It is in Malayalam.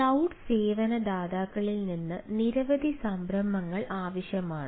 ക്ലൌഡ് സേവന ദാതാക്കളിൽ നിന്ന് നിരവധി സംരംഭങ്ങൾ ആവശ്യമാണ്